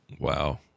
Wow